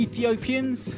Ethiopians